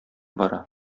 бара